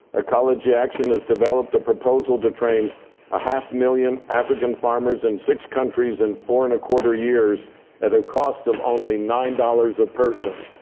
ecology action has developed a proposal to train a half million african farmers in six countries in four and a quarter years at a cost of only nine dollars a person.